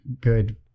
...good